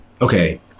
okay